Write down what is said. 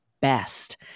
best